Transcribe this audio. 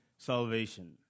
Salvation